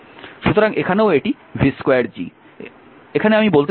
সুতরাং এখানেও এটি v2 G